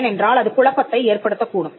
ஏனென்றால் அது குழப்பத்தை ஏற்படுத்தக் கூடும்